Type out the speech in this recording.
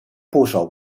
部首